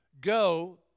Go